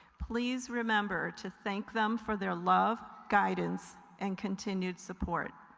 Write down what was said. please remember to thank them for their love, guidance and continued support.